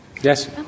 Yes